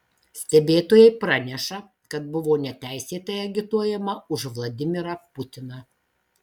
stebėtojai praneša kad buvo neteisėtai agituojama už vladimirą putiną